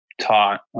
taught